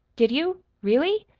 did you, really?